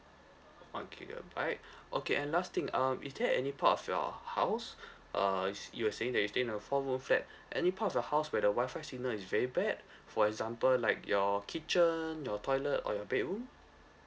one gigabyte okay and last thing um is there at any part of your house uh you s~ you were saying that you stay in a four room flat any part of the house where the wifi signal is very bad for example like your kitchen your toilet or your bedroom